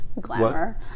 glamour